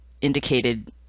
indicated